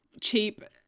cheap